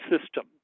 system